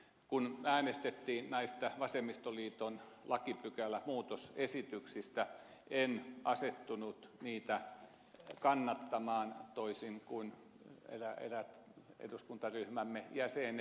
kun äänestettiin näistä vasemmistoliiton lakipykälämuutosesityksistä en asettunut niitä kannattamaan toisin kuin eräät eduskuntaryhmämme jäsenet